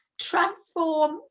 transform